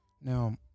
Now